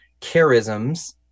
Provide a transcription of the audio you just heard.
charisms